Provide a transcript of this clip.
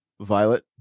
Violet